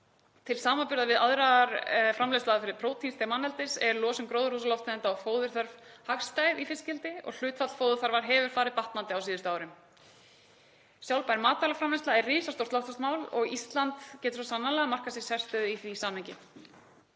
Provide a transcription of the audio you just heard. Til samanburðar við aðrar framleiðsluaðferðir prótíns til manneldis er losun gróðurhúsalofttegunda og fóðurþörf hagstæð í fiskeldi og hlutfall fóðurþarfar hefur farið batnandi á síðustu árum. Sjálfbær matvælaframleiðsla er risastórt loftslagsmál og Ísland getur svo sannarlega markað sér sérstöðu í því samhengi.